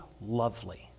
lovely